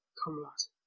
comrade